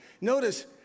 Notice